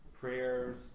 Prayers